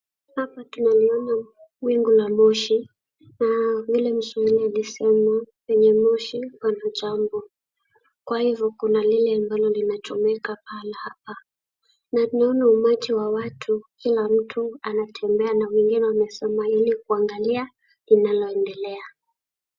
Hapa tunaliona wingu la moshi na vile mshairi alisema, penye moshi pana jambo, kwa hivyo kuna lile ambalo linachomeka pahala apa na tunaona umati wa watu, kila mtu anatembea na wengine wamesimama ili kuangalia linaloendelea.